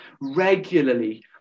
regularly